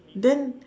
then